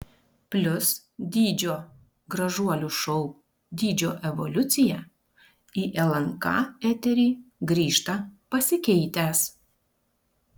plius dydžio gražuolių šou dydžio evoliucija į lnk eterį grįžta pasikeitęs